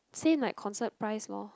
same like concert price lor